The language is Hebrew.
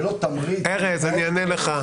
תמריץ --- אני אענה לך.